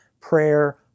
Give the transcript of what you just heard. Prayer